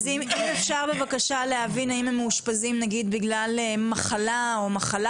אז אם אפשר בבקשה להבין האם הם מאושפזים נגיד בגלל מחלה או מחלה